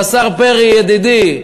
והשר פרי ידידי,